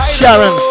Sharon